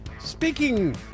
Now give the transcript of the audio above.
Speaking